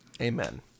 amen